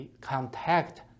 contact